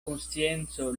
konscienco